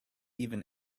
even